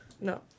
No